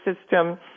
system